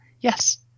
Yes